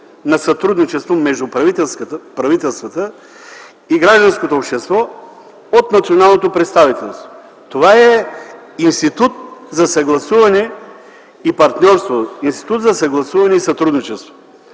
на сътрудничество между правителствата и гражданското общество от националното представителство. Това е институт за съгласуване и партньорство, институт за съгласуване и сътрудничество.